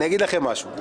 אני אגיד לכם משהו.